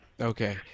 Okay